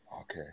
Okay